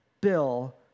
bill